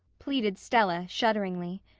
pleaded stella, shudderingly.